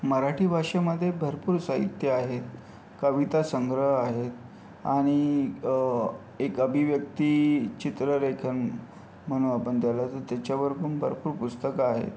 मराठी भाषेमध्ये भरपूर साहित्य आहे कविता संग्रह आहे आणि एक अभिव्यक्ति चित्ररेखन म्हणू आपण त्याला तर त्याच्यावर पण भरपूर पुस्तकं आहे